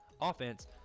offense